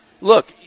Look